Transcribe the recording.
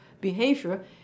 behavior